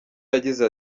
yagize